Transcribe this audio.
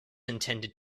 intended